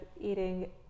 eating